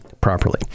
properly